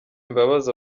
imbabazi